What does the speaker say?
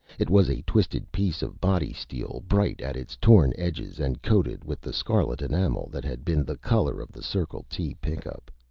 it was a twisted piece of body steel, bright at its torn edges and coated with the scarlet enamel that had been the color of the circle t pickup.